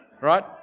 right